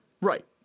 Right